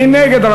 מי נגד?